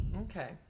Okay